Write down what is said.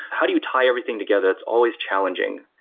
how do you tie everything together? it's always challenging.